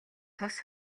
тус